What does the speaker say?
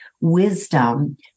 wisdom